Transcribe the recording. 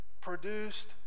produced